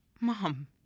Mom